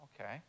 okay